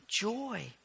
joy